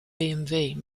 bmw